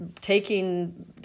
taking